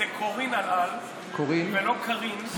זה קורין אלאל ולא קארין.